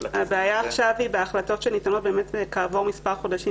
הבעיה עכשיו היא בהחלטות שניתנות כעבור מספר חודשים